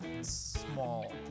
small